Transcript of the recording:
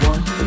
One